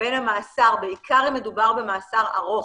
בין המאסר, בעיקר אם מדובר במאסר ארוך,